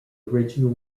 original